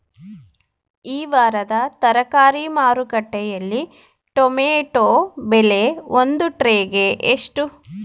ಈ ವಾರದ ತರಕಾರಿ ಮಾರುಕಟ್ಟೆಯಲ್ಲಿ ಟೊಮೆಟೊ ಬೆಲೆ ಒಂದು ಟ್ರೈ ಗೆ ಎಷ್ಟು?